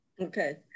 Okay